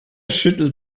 schüttelt